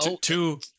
Two